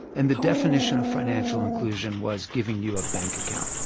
and the definition of financial inclusion was giving you a bank account.